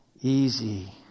easy